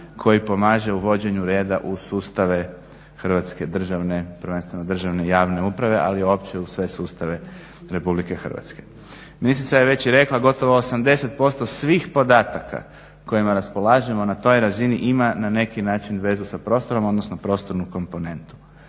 koji pomaže u uvođenju reda u sustave hrvatske državne prvenstveno javne uprave ali i uopće u sve sustave RH. Ministrica je već i rekla, gotovo 80% svih podataka kojima raspolažemo na toj razini ima na neki način vezu sa prostorom, odnosno prostornu komponentu.